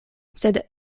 sed